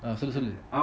ah sorry sorry